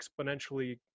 exponentially